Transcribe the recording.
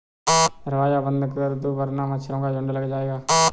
दरवाज़ा बंद कर दो वरना मच्छरों का झुंड लग जाएगा